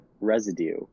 residue